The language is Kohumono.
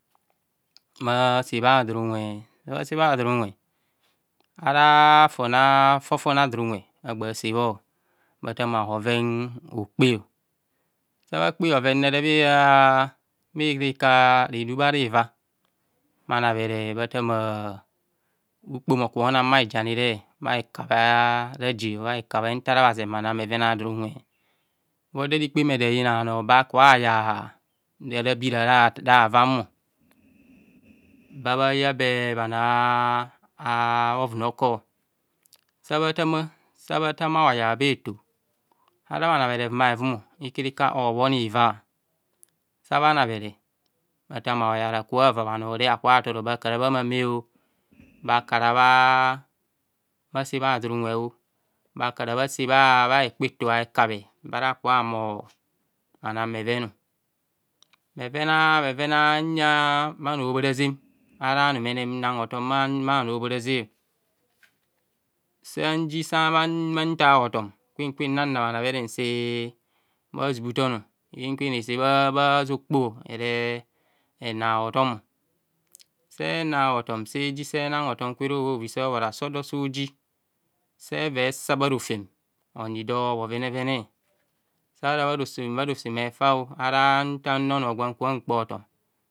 Bha se bha don unwe sabha sebha don unwe ara fona fofone a'do nunwe agba bha se bho bha tama bhoven hokpe sabh akpe bhovene bha ikarika renub ara iva bhanabhere bha tama ukpom oko na bha hijani re bha hekabhe araje bha heka bhe ntara bha zen bhana don unwe, bhodarikpem ede yina bhano ba ka bha yar hiza ra bira rava, ba bha yabe bhanoa aa a vuno kor sabha tama sabhatama oyar bhe to ahara bhanabhere ikarika obhoniva sa bhana bhere bhatama oyaro aka bhava bhano a kabha toro bakarabha mama bakara bha ba kar abha se bhadom unwe ba kara b hase bha bha bhe kpei to heka bhe bara bha ka bha humor bhanan bheven bheven a’ uya bhano obhoraze ara anumene nnan hotom bha no obhoraze, saryi sa bhan tar hotom kwen kwen na nna bha nabhere nsebha zumuton kwen kwen nse bhabha zokpo ere nan hotom, sena hotom seji se nan hotom kwere houiovi se behoro asode soji, seve esabharofem onyi do, bhovensevene, sara bharofem esa ara ntana onor gwa nkubho nkpe hotom.